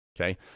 okay